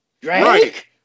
Drake